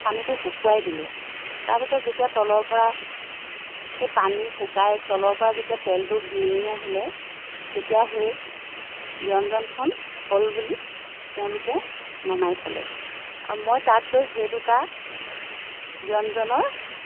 পানীটো শুকুৱাই দিলে তাৰপাছত যেতিয়া তলৰ পৰা সেই পানী শুকাই তলৰ পৰা যেতিয়া তেলটো বিৰিঙি আহিলে তেতিয়া সেই ব্যঞ্জনখন হ'ল বুলি তেওঁলোকে নমাই থ'লে আৰু মই তাত গৈ সেই দুটা ব্যঞ্জনৰ